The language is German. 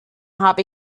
habe